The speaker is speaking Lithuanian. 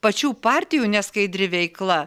pačių partijų neskaidri veikla